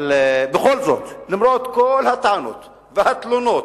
בכל זאת, למרות כל הטענות, והתלונות